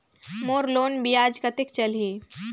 मोर loan ब्याज कतेक चलही?